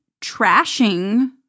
trashing